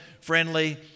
friendly